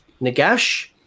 Nagash